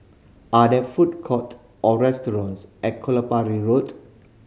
are there food courts or restaurants at Kelopak Road